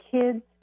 kids